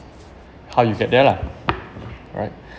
how you get there lah right